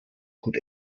gut